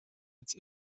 its